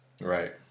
Right